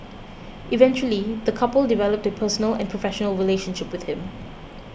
eventually the couple developed a personal and professional relationship with him